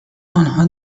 آنها